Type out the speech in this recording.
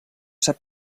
sap